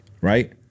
Right